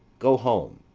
go home,